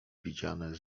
widziane